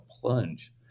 plunge